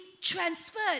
transferred